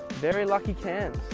very lucky cans